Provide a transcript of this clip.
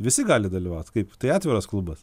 visi gali dalyvaut kaip tai atviras klubas